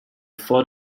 vor